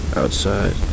outside